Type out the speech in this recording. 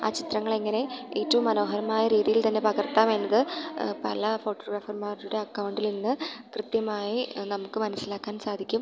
ആ ചിത്രങ്ങളെങ്ങനെ ഏറ്റവും മനോഹരമായ രീതിയിൽ തന്നെ പകർത്താമെന്നത് പല ഫോട്ടോഗ്രാഫർമാരുടെ അക്കൗണ്ടിൽ നിന്ന് കൃത്യമായി നമുക്ക് മനസ്സിലാക്കാൻ സാധിക്കും